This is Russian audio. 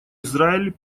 израиль